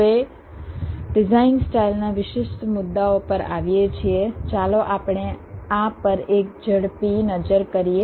હવે ડિઝાઇન સ્ટાઇલના વિશિષ્ટ મુદ્દાઓ પર આવીએ છીએ ચાલો આપણે આ પર એક ઝડપી નજર કરીએ